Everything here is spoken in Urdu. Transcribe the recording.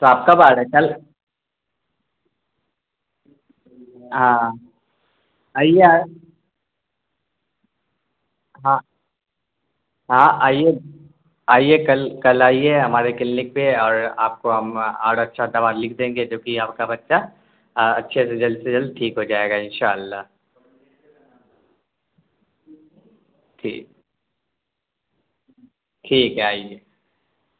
تو آپ کب آ رہے کل ہاں آئیے آپ ہاں ہاں آئیے کل کل آئیے ہمارے کلینک پہ اور آپ کو ہم اور اچھا دوا لکھ دیں گے جو کہ آپ کا بچہ اچھے سے جلد سے جلد ٹھیک ہو جائے گا انشاء اللّہ ٹھیک ٹھیک ہے آئیے